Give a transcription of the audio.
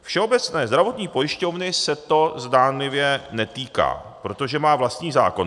Všeobecné zdravotní pojišťovny se to zdánlivě netýká, protože má vlastní zákon.